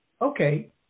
Okay